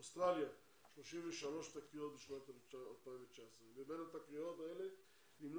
באוסטרליה 33 תקריות בשנת 2019. מבין התקריות האלה נמנו